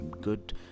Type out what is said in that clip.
good